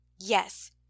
yes